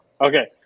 Okay